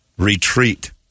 Retreat